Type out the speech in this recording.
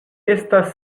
estas